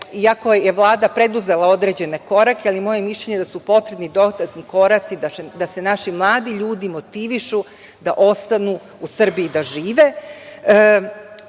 iako je Vlada preduzela određene korake, ali moje mišljenje je da su potrebni dodatni koraci da se naši mladi ljudi motivišu da ostanu u Srbiji i da žive.